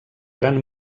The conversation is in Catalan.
gran